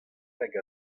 hag